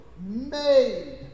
Made